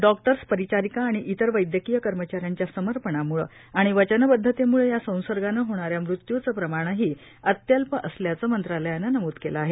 doctors परिचारीका आणि इतर वैद्यकीय कर्मचाऱ्यांच्या समर्पणाम्ळे आणि वचनबद्वतेमुळे या संसर्गानं होणाऱ्या मृत्यूचं प्रमाणंही अत्यल्प असल्याचं मंत्रालयानं नमूद केलं आहे